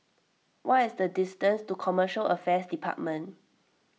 what is the distance to Commercial Affairs Department